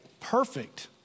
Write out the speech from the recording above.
perfect